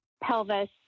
pelvis